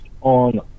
on